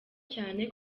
cyane